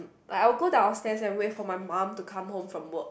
like I'll go downstairs and wait for my mom to come home from work